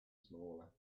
smaller